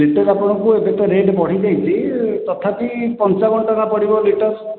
litre ଆପଣଙ୍କୁ ଏବେ ତ ରେଟ୍ ବଢ଼ିଯାଇଛି ତଥାପି ପଞ୍ଚାବନ ଟଙ୍କା ପଡ଼ିବ ଲିଟର